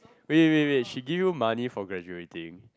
wait wait wait she give you money for graduating